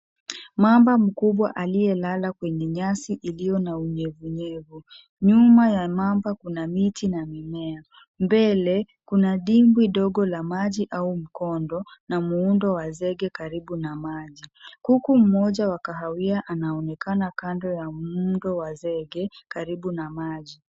Mamba mkubwa aliye lala kwenye nyasi ililo na unyevu unyevu. Nyuma ya mamba kuna miti na mimea. Mbele kuna dimbwi ndogo la maji au mkondo na muundo wa zege karibu na maji. Kuku mmoja wa kahawia anaonekana kando ya muundo wa zege karibu na maji.